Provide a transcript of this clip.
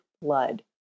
blood